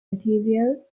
material